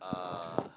uh